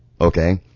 okay